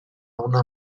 una